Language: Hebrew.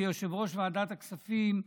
כיושב-ראש ועדת הכספים: